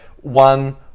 one